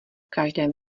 každém